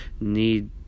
need